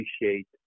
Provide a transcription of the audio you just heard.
appreciate